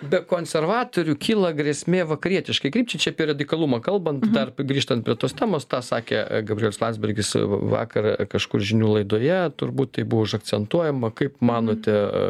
be konservatorių kyla grėsmė vakarietiškai krypčiai čia apie radikalumą kalbant dar grįžtant prie tos temos tą sakė gabrielius landsbergis vakar kažkur žinių laidoje turbūt tai buvo užakcentuojama kaip manote